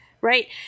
right